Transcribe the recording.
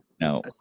No